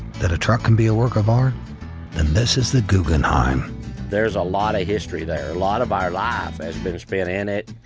that a truck can be a work of art and this is the guggenheim there's a lot of history there. a lot of our life has been spent in it.